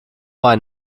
ein